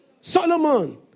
solomon